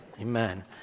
Amen